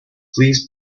please